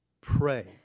Pray